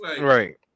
Right